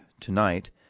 tonight